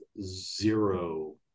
zero